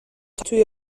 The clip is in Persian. توی